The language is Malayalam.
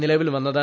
നിലവിൽ വന്നത്